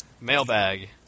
Mailbag